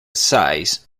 size